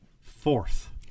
Fourth